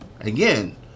Again